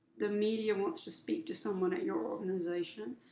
the media wants to speak to someone at your organization,